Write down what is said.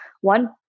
one